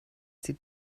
sie